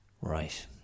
right